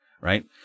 right